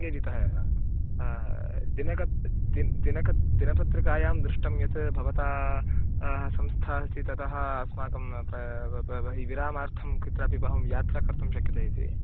केदितः एव दिन कत् दि दिनकत् दिनपत्रिकायां दृष्टं यत् भवता संस्था अस्ति ततः अस्माकं विरामार्थं कुत्रापि बहिः यात्रा कर्तुं शक्यते इति